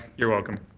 you're welcome.